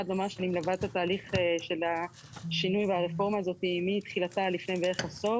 אני מלווה את התהליך של שינוי והרפורמה הזאת מתחילתה לפני בערך עשור